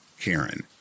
Karen